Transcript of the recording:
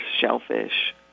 shellfish